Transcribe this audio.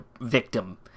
victim